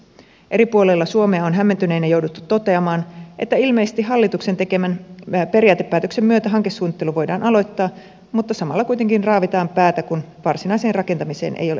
eri puolilla suomea on hämmentyneinä jouduttu toteamaan että ilmeisesti hallituksen tekemän periaatepäätöksen myötä hankesuunnittelu voidaan aloittaa mutta samalla kuitenkin raavitaan päätä kun varsinaiseen rakentamiseen ei ole osoitettu rahoja